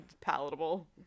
palatable